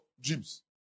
Dreams